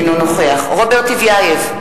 אינו נוכח רוברט טיבייב,